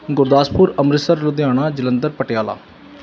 Gurdaspur Amritsar Ludhiana Jalandhar Patiala